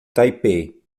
taipei